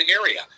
area